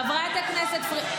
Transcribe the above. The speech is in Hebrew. חברת הכנסת.